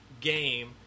game